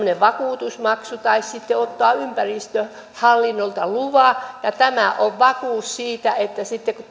vakuutusmaksu tai sitten ottaa ympäristöhallinnolta luvat ja tämä on vakuus siitä että sitten kun